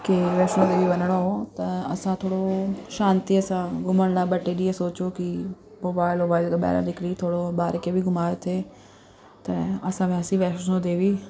खे वैष्णो देवी वञिणो हो त असां थोरो शांतीअ सां घुमण लाइ ॿ टे ॾींहं सोचियो कि मोबाइल वोबाइल खां ॿाहिरां निकिरी थोरो ॿार खे बि घुमाइणु थिए त असां वियासीं वैष्णो देवी